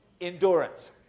endurance